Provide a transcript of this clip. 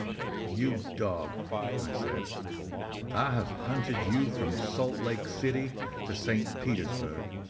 you dog i said i have hunted you from salt lake city to st. petersburg,